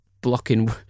blocking